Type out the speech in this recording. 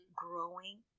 growing